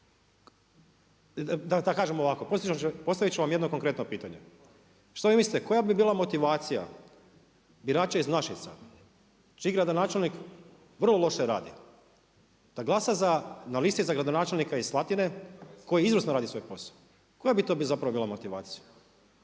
da kažem ovako, postavit ću vam jedno konkretno pitanje, što vi mislite koja bi bila motivacija birača iz Našica čiji gradonačelnik vrlo loše radi, da glasa za na listi za gradonačelnika iz Slatine koji izvrsno radi svoj posao. Koja bi to zapravo bila motivacija